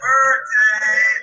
Birthday